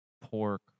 pork